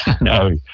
no